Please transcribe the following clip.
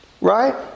Right